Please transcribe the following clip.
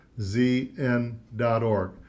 Zn.org